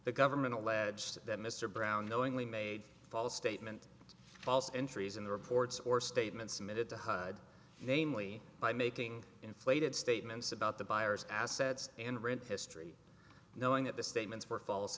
the government alleged that mr brown knowingly made false statement false entries in the reports or statements submitted to hud namely by making inflated statements about the buyer's assets and rent history knowing that the statements were fal